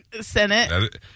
Senate